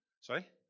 sorry